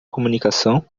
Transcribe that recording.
comunicação